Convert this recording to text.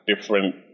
different